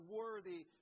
worthy